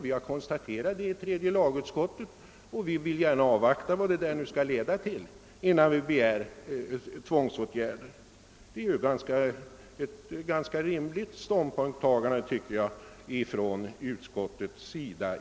Vi har konstaterat detta i tredje lagutskottet och vill gärna avvakta resultatet härav innan vi begär tvångsåtgärder. Detta är, tycker jag, ett rimligt ståndpunktstagande från utskottets sida.